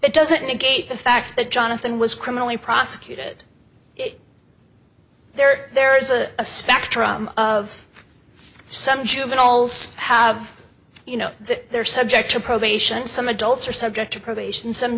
that doesn't negate the fact that jonathan was criminally prosecuted there there is a spectrum of some juveniles have you know they're subject to probation some adults are subject to probation some